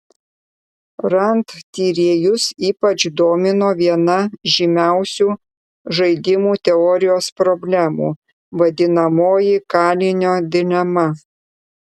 rand tyrėjus ypač domino viena žymiausių žaidimų teorijos problemų vadinamoji kalinio dilema